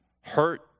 hurt